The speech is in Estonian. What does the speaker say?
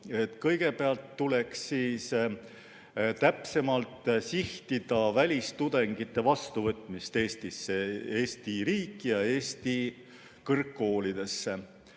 Kõigepealt tuleks täpsemalt sihitada välistudengite vastuvõtmist Eestisse – Eesti riiki ja Eesti kõrgkoolidesse.